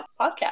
podcast